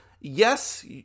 yes